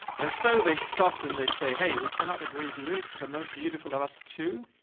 and so they stopped and they say, hey, we cannot agree. who is the most beautiful of us too.